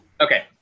Okay